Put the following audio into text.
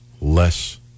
less